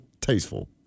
Tasteful